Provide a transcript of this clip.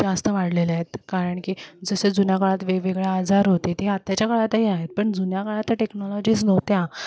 जास्त वाढलेले आहेत कारण की जसे जुन्या काळात वेगवेगळे आजार होते ते आत्ताच्या काळातही आहेत पण जुन्या काळात टेक्नॉलॉजीज नव्हत्या